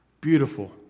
Beautiful